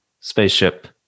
Spaceship